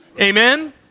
Amen